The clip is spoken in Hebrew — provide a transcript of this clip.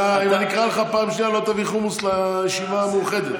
אתם מוכנים להפסיק עם הכיבוש?